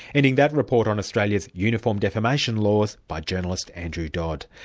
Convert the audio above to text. ending that report on australia's uniform defamation laws by journalist, andrew dodd.